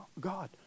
God